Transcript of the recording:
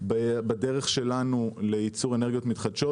בדרך שלנו לייצור אנרגיות מתחדשות,